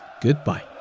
goodbye